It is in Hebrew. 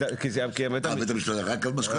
אה בית המשפט רק על משכנתה?